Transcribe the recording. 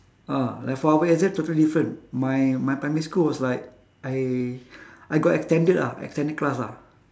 ah like for our exam totally different my my primary school was like I I got extended ah extended class ah